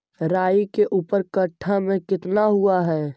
राई के ऊपर कट्ठा में कितना हुआ है?